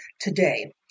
today